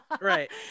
Right